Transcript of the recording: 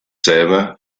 selber